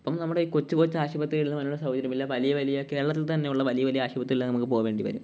അപ്പോള് നമ്മുടെയീ കൊച്ചുകൊച്ച് ആശുപത്രികളിലും അതിനുള്ള സൗകര്യമില്ല വലിയവലിയ കേരളത്തില് തന്നെയുള്ള വലിയവലിയ ആശുപത്രികളില് നമ്മള്ക്ക് പോവേണ്ടിവരും